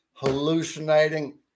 hallucinating